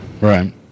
right